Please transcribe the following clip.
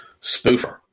Spoofer